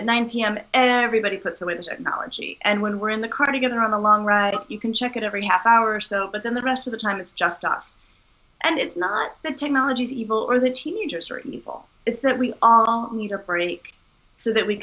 at nine pm everybody puts it was acknowledged and when we're in the car together on the long ride you can check it every half hour or so but then the rest of the time it's just us and it's not the technology is evil or the teenagers are evil it's that we all need a break so that we